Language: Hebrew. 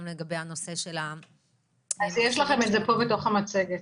גם לגבי יש לכם את זה פה בתוך המצגת.